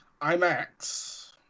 IMAX